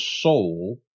soul